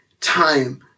time